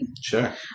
Sure